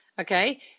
okay